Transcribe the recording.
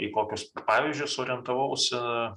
į kokius pavyzdžius orientavausi